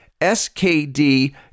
SKD